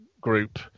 group